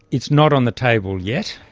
it's not on the table yet,